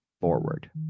forward